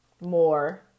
more